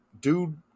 dude